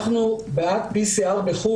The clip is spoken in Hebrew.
אנחנו בעד PCR בחוץ